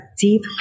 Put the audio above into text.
deep